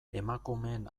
emakumeen